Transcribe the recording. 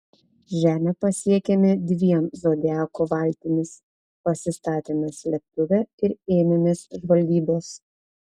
žemę pasiekėme dviem zodiako valtimis pasistatėme slėptuvę ir ėmėmės žvalgybos